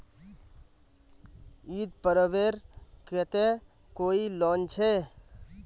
ईद पर्वेर केते कोई लोन छे?